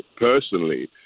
personally